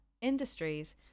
industries